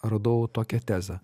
radau tokią tezę